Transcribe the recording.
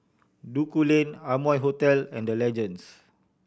Duku Lane Amoy Hotel and The Legends